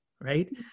right